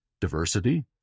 diversity